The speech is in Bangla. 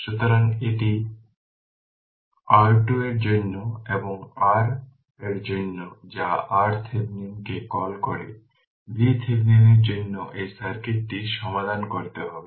সুতরাং এটি সংক্ষিপ্ত করা হয়েছে এটি R2 এর জন্য এবং এটি r এর জন্য যা R VThevenin কে কল করে VThevenin এর জন্য এই সার্কিটটি সমাধান করতে হবে